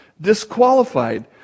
disqualified